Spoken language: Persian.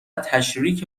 تشریک